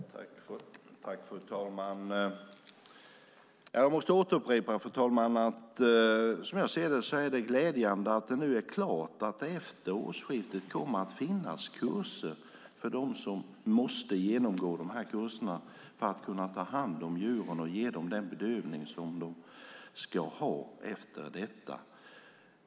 Fru talman! Jag måste upprepa att som jag ser det är det glädjande att det nu är klart att det efter årsskiftet kommer att finnas kurser för dem som måste genomgå dem för att kunna ta hand om djuren och ge dem den bedövning de ska ha.